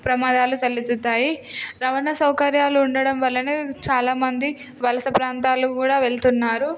ప్రమాదాలు తలెత్తుతాయి రవాణా సౌకర్యాలు ఉండడం వలన చాలామంది వలస ప్రాంతాలు కూడా వెళ్తున్నారు